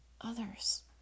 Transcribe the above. others